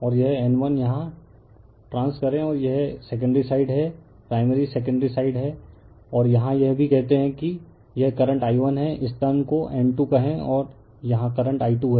और यह N1 यहां ट्रांस करें और यह सेकेंडरी साइड है प्राइमरी सेकेंडरी साइड है और यहां यह भी कहते हैं कि यह करंट I1 हैं इस टर्न को N2 कहें और यहां करंट I2 है